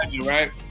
right